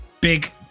big